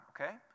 okay